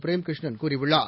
frame Krishnan கூறியுள்ளார்